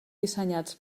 dissenyats